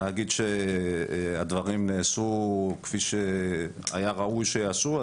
להגיד שהדברים נעשו כפי שהיה ראוי שייעשו,